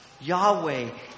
Yahweh